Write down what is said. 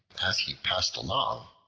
as he passed along,